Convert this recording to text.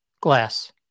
Glass